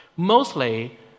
Mostly